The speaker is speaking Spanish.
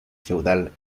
feudal